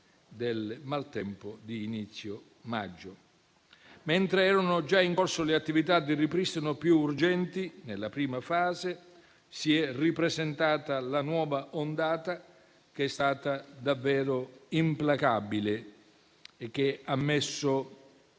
di maltempo di inizio maggio. Mentre erano già in corso le attività di ripristino più urgenti, nella prima fase, si è ripresentata la nuova ondata, che è stata davvero implacabile e ha messo